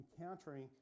encountering